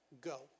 Go